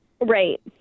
Right